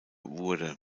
wurde